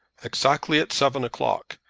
exactly at seven o'clock,